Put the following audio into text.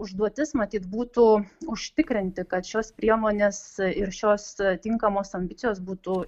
užduotis matyt būtų užtikrinti kad šios priemonės ir šios tinkamos ambicijos būtų